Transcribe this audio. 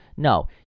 No